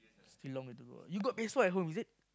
still long way to go lah you got P_S-four at home is it